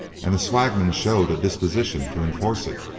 and the swagman showed a disposition to enforce it.